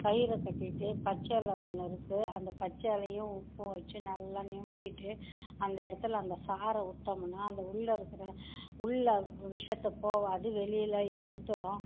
கயிறை கட்டிவிட்டு பச்சலை ஒன்று இருக்குது அந்த பச்சயிலையும் உப்பும் வச்சு நல்லா நிமிட்டிவிட்டு அந்த இடத்துல அந்த சாறை விட்டோம்னா அந்த உள்ளிருக்குற உள்ள விஷத்தை போகாது வெளியில் எடுத்துவிடும்